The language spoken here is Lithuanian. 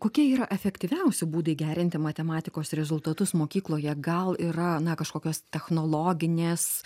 kokie yra efektyviausi būdai gerinti matematikos rezultatus mokykloje gal yra na kažkokios technologinės